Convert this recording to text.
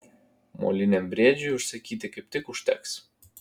moliniam briedžiui užsakyti kaip tik užteks